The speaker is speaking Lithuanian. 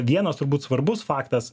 vienas turbūt svarbus faktas